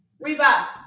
Reba